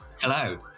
Hello